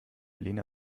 lena